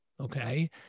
Okay